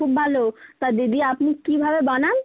খুব ভালো তা দিদি আপনি কীভাবে বানান